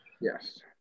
Yes